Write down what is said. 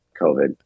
COVID